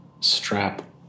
strap